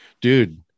dude